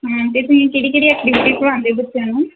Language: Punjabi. ਅਤੇ ਤੁਸੀਂ ਕਿਹੜੀ ਕਿਹੜੀ ਐਕਟੀਵਿਟੀ ਕਰਵਾਉਂਦੇ ਹੋ ਬੱਚਿਆਂ ਨੂੰ